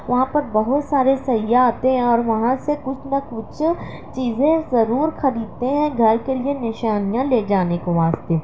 وہاں پر بہت سارے سیاح آتے ہیں اور وہاں سے کچھ نہ کچھ چیزیں ضرور خریدتے ہیں گھر کے لیے نشانیاں لے جانے کو واسطے